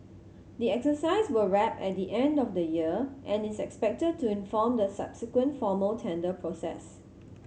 the exercise will wrap at the end of the year and is expected to inform the subsequent formal tender process